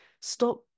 stop